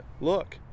look